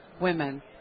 women